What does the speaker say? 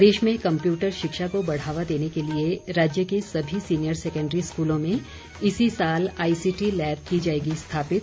प्रदेश में कम्पयूटर शिक्षा को बढ़ावा देने के लिए राज्य के सभी सीनियर सेकेंडरी स्कूलों में इसी साल आईसीटी लैब की जाएगी स्थापित